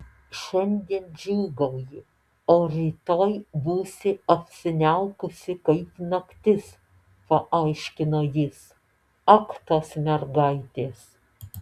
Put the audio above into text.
šiandien džiūgauji o rytoj būsi apsiniaukusi kaip naktis paaiškino jis ak tos mergaitės